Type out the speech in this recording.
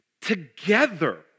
together